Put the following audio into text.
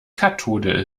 kathode